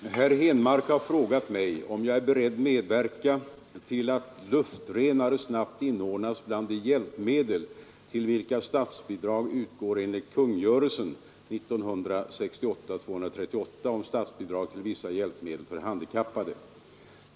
Herr talman! Herr Henmark har frågat mig om jag är beredd medverka till att luftrenare snabbt inordnas bland de hjälpmedel till vilka statsbidrag utgår enligt kungörelsen om statsbidrag till vissa hjälpmedel för handikappade.